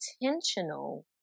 intentional